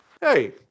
hey